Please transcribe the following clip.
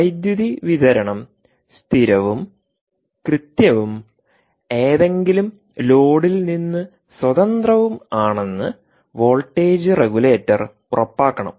വൈദ്യുതി വിതരണം സ്ഥിരവും കൃത്യവും ഏതെങ്കിലും ലോഡിൽ നിന്ന് സ്വതന്ത്രവും ആണെന്ന് വോൾട്ടേജ് റെഗുലേറ്റർ ഉറപ്പാക്കണം